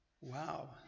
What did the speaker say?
Wow